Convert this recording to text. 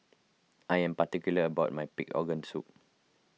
I am particular about my Pig Organ Soup